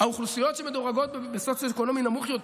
האוכלוסיות שמדורגות בסוציו-אקונומי נמוך יותר